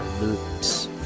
loops